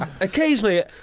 occasionally